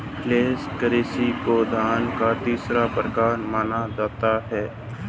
flat currency को धन का तीसरा प्रकार माना जाता है